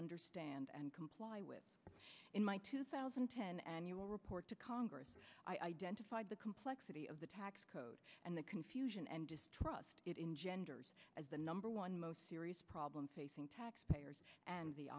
understand and comply with in my two thousand and ten annual report to congress identified the complexity of the tax code and the confusion and distrust it in genders as the number one most serious problem facing taxpayers and